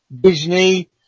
Disney